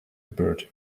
bird